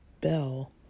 Bell